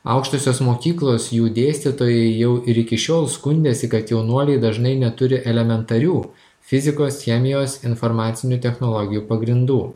aukštosios mokyklos jų dėstytojai jau ir iki šiol skundėsi kad jaunuoliai dažnai neturi elementarių fizikos chemijos informacinių technologijų pagrindų